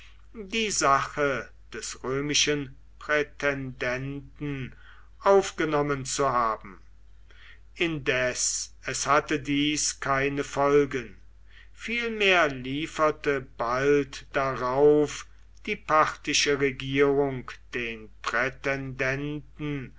die sache des römischen prätendenten aufgenommen zu haben indes es hatte dies keine folgen vielmehr lieferte bald darauf die parthische regierung den